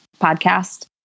podcast